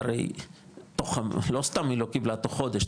זה הרי לא סתם היא לא קיבלה תוך חודש,